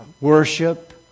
worship